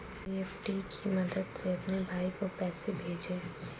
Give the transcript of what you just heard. NEFT की मदद से अपने भाई को पैसे भेजें